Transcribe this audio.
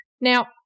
Now